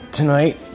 tonight